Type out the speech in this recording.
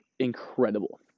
Incredible